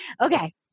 Okay